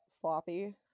sloppy